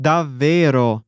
Davvero